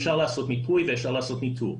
אפשר לעשות מיפוי ואפשר לעשות איתור.